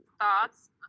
Thoughts